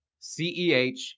CEH